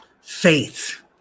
faith